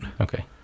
Okay